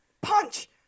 punch